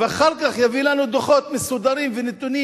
ואחר כך יביא לנו דוחות מסודרים ונתונים